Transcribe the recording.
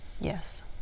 yes